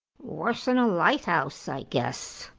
worese'n a lighthouse, i guess.